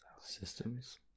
systems